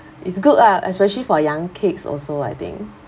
it's good lah especially for young kids also I think